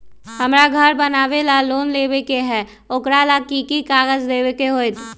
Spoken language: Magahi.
हमरा घर बनाबे ला लोन लेबे के है, ओकरा ला कि कि काग़ज देबे के होयत?